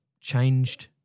changed